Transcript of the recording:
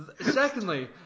Secondly